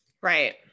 Right